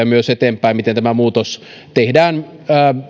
myös yksityiskohtia miten tämä muutos tehdään